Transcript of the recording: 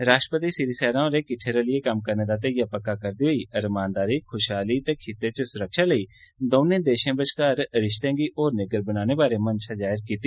राष्ट्रपति सीरीसेना होरें किट्ठे रलियै कम्म करने दा धैईयां पक्का करदे होई रमानदारी खुशहाली ते खित्ते च सुरक्षा लेई दौनें देशौ बश्कार रिश्तें गी होर निग्गर बनाने बारै मन्शा जाह्र कीती